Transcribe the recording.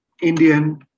Indian